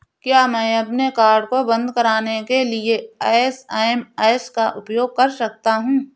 क्या मैं अपने कार्ड को बंद कराने के लिए एस.एम.एस का उपयोग कर सकता हूँ?